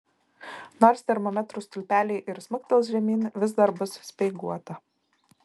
nors termometrų stulpeliai ir smuktels žemyn vis dar bus speiguota